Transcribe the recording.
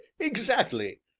exactly!